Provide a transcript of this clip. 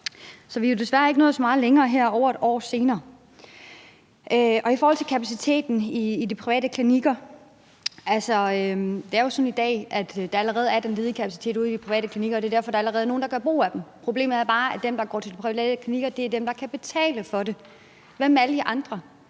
Så vi er jo desværre ikke nået så meget længere her over et år senere. I forhold til kapaciteten på de private klinikker er det jo sådan i dag, at der allerede er den ledige kapacitet ude på de private klinikker, og det er derfor, der allerede er nogle, der gør brug af dem. Problemet er bare, at dem, der går til de private klinikker, er dem, der kan betale for det. Hvad med alle de andre?